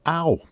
ow